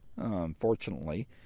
Unfortunately